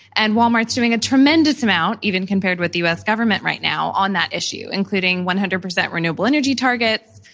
and walmart is doing a tremendous amount even compared with the u. s. government right now on that issue, including one hundred percent renewable energy targets,